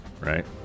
right